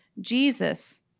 Jesus